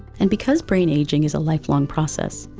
and because brain aging is a lifelong process,